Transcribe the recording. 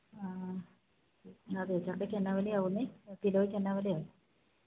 ആ അതെ ചക്കക്ക് എന്നാ വില ആകും കിലോയ്ക്ക് എന്ത് വിലയാണ്